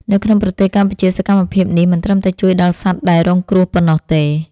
នៅក្នុងប្រទេសកម្ពុជា សកម្មភាពនេះមិនត្រឹមតែជួយដល់សត្វដែលរងគ្រោះប៉ុណ្ណោះទេ។